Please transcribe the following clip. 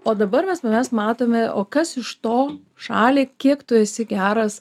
o dabar mes mes matome o kas iš to šaliai kiek tu esi geras